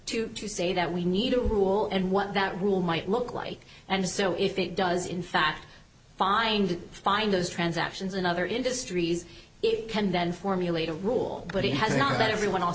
to to say that we need a rule and what that rule might look like and so if it does in fact find find those transactions in other industries it can then formulate a rule but he has not that everyone else